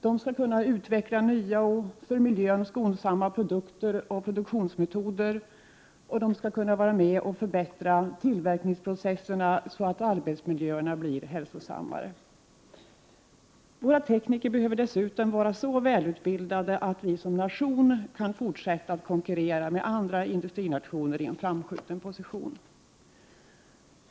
De skall kunna utveckla nya och för miljön skonsamma produkter och produktions 21 metoder, och de skall kunna vara med och förbättra tillverkningsprocesserna, så att arbetsmiljöerna blir hälsosammare. Våra tekniker behöver dessutom vara så välutbildade att Sverige som nation kan fortsatta att konkurrera med andra industrinationer i en framskjuten position.